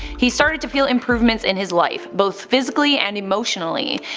he started to feel improvements in his life, both physically and emotionally.